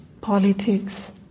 politics